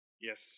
Yes